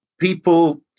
People